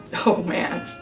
oh man.